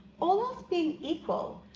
all else being equal,